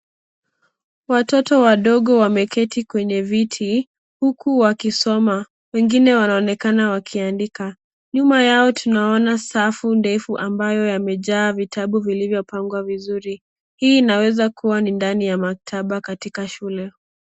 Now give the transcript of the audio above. Watoto wadogo wameketi kwenye viti, huku wakisoma, wengine wanaonekana wakiandika. Nyuma yao tunaona safu ndefu ambayo yamejaa vitabu vilivyopangwa vizuri. Hii inaweza kuwa ni ndani ya maktaba katika shule.